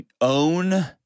own